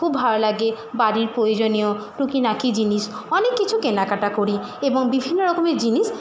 খুব ভালো লাগে বাড়ির প্রয়োজনীয় টুকিটাকি জিনিস অনেক কিছু কেনাকাটা করি এবং বিভিন্ন রকমের জিনিস